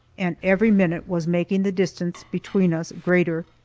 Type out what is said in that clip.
and every minute was making the distance between us greater,